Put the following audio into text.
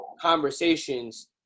conversations